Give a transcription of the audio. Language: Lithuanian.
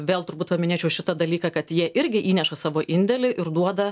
vėl turbūt paminėčiau šitą dalyką kad jie irgi įneša savo indėlį ir duoda